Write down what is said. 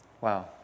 Wow